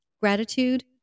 Gratitude